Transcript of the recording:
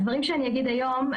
הדברים שאני אגיד היום,